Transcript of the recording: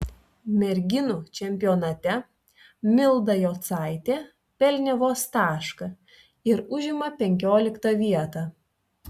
merginų čempionate milda jocaitė pelnė vos tašką ir užima penkioliktą vietą